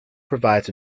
provides